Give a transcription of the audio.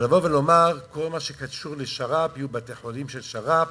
לבוא ולומר בכל מה שקשור לשר"פ: יהיו בתי-חולים של שר"פ,